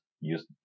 use